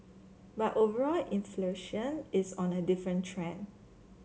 but overall inflation is on a different trend